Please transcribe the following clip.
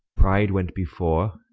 pride went before,